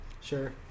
Sure